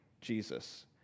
Jesus